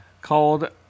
called